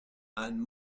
and